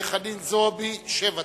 חנין זועבי, שבע דקות.